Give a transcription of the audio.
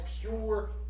pure